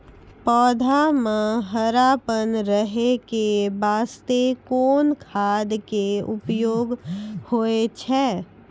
पौधा म हरापन रहै के बास्ते कोन खाद के उपयोग होय छै?